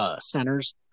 centers